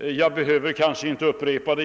och jag behöver: kanske inte upprepa vad jag då sade.